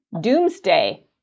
doomsday